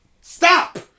Stop